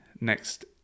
next